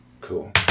Cool